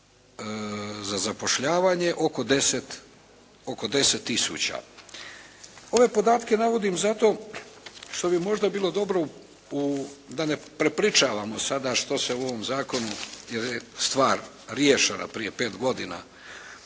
za zapošljavanje oko 10 tisuća. Ove podatke navodim zato što bi možda bilo dobro u, da ne prepričavamo sada što se u ovom zakonu jer je stvar riješena prije 5 godina,